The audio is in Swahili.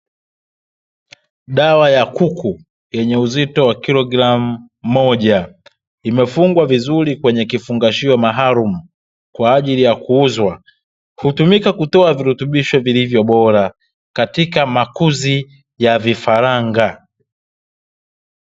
Dawa ya kuku yenye uzito wa kilogramu moja, imefungwa vizuri kwenye kifungashio maalumu kwa ajili ya kuuzwa. Hutumika kutoa virutubisho vilivyo bora, katika makuzi ya vifaranga.